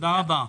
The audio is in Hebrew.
תודה רבה.